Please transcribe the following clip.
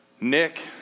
Nick